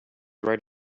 right